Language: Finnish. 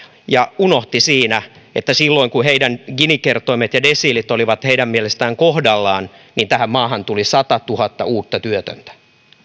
ja unohti siinä että silloin kun heidän gini kertoimensa ja desiilinsä olivat heidän mielestään kohdallaan tähän maahan tuli satatuhatta uutta työtöntä